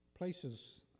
Places